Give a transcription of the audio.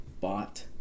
bought